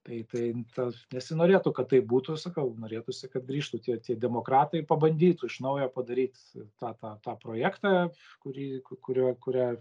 tai tai ta nesinorėtų kad taip būtų sakau norėtųsi kad grįžtų tie tie demokratai pabandytų iš naujo padaryt tą tą tą projektą kurį kuriuo kurią